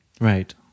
Right